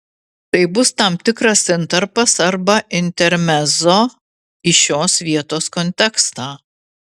tai bus tam tikras intarpas ar intermezzo į šios vietos kontekstą